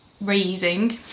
raising